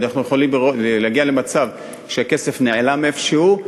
אנחנו יכולים להגיע למצב שהכסף נעלם לאן שהוא,